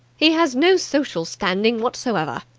he has no social standing whatsoever.